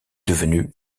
devenu